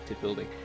building